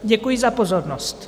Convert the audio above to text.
Děkuji za pozornost.